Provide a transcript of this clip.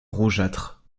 rougeâtre